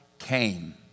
came